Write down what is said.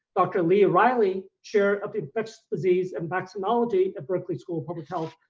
dr. lee riley, chair of infectious diseases and vaccinology at berkeley school of public health.